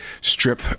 strip